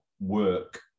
work